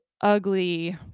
ugly